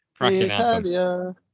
Italia